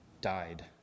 died